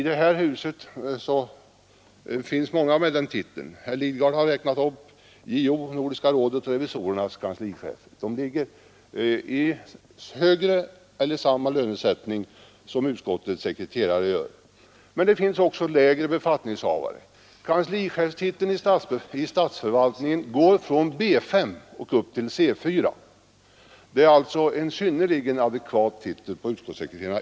Det äknat upp dem: ombudsmannaexpeditionens, Nordiska rådets svenska delegations och riksdagsrevisorernas kanslichefer. Deras lönesättning är högre än eller densamma som utskottssekreterarnas. Men det finns också lägre finns i detta hus flera personer med denna titel. Herr Lidgard har tjänster inom sta Kanslichef är alltså i detta hänseende en synnerligen adekvat titel för utskottssekreterarna.